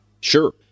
Sure